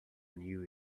knew